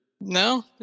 No